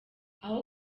aho